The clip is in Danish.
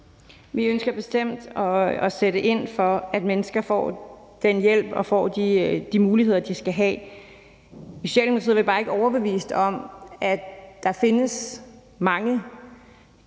Vi ønsker bestemt at sætte ind for, at mennesker får den hjælp og de muligheder, de skal have. I Socialdemokratiet er vi bare ikke overbevist om, at der findes mange,